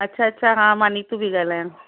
अच्छा अच्छा हा मां नीतू थी ॻाल्हायां